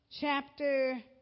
chapter